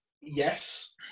Yes